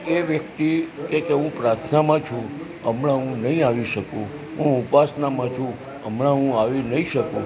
એ વ્યક્તિ કે કે હું પ્રાર્થનામાં છું હમણાં હું નહીં આવી શકું હું ઉપાસનામાં છું હમણાં હું આવી નહીં શકું